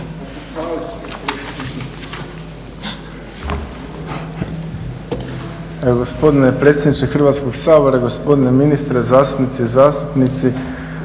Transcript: Hvala